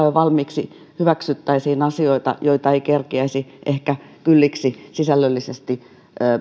jo valmiiksi hyväksyttäisiin asioita joita ei kerkeäisi ehkä kylliksi sisällöllisesti